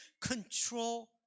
control